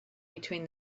between